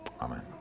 amen